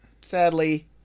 sadly